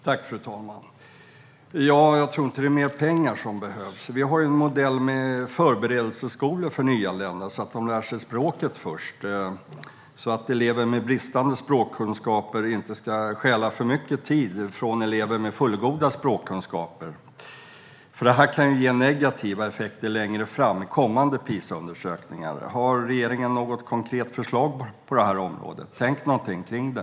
Fru talman! Jag tror inte att det är mer pengar som behövs. Vi har en modell med förberedelseskolor för nyanlända, så att de lär sig språket först och så att elever med bristande språkkunskaper inte ska stjäla för mycket tid från elever med fullgoda språkkunskaper. Detta kan ju ge negativa effekter längre fram i kommande PISA-undersökningar. Har regeringen något konkret förslag på det området? Har man tänkt någonting kring det?